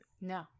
No